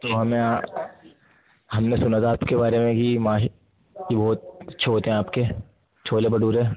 تو ہمیں ہم نے سنا تھا آپ کے بارے میں ہی ماہی بہت اچھے ہوتے ہیں آپ کے چھولے بٹورے